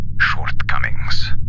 shortcomings